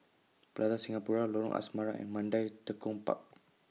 Plaza Singapura Lorong Asrama and Mandai Tekong Park